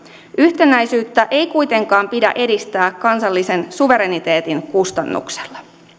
yhtenäisyyttä ei kuitenkaan pidä edistää kansallisen suvereniteetin kustannuksella